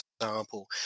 example